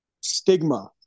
stigma